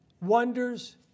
wonders